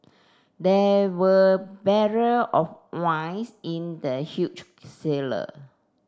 there were barrel of wines in the huge cellar